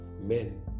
men